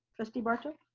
trustee barto.